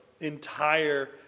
entire